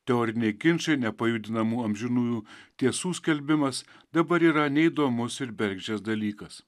teoriniai ginčai nepajudinamų amžinųjų tiesų skelbimas dabar yra neįdomus ir bergždžias dalykas